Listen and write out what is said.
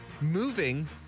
moving